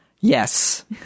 Yes